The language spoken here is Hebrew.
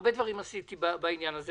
עם כל הכבוד, הרבה דברים עשיתי בעניין הזה.